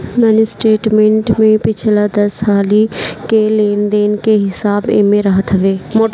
mini statement में पिछला दस हाली के लेन देन के हिसाब एमे रहत हवे